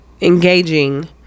engaging